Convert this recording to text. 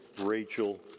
Rachel